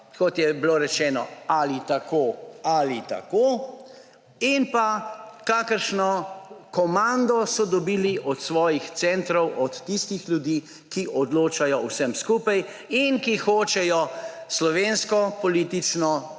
pokaže z gesto/ ali tako / pokaže z gesto/, in pa kakršno komando so dobili od svojih centrov, od tistih ljudi, ki odločajo o vsem skupaj in ki hočejo slovensko politično